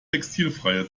textilfreie